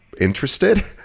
Interested